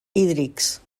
hídrics